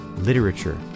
literature